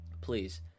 Please